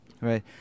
Right